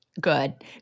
Good